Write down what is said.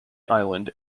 island